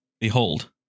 behold